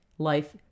life